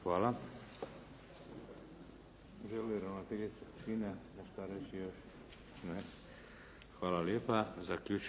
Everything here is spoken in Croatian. Hvala.